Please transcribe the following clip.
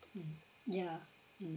mm yeah mm